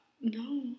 No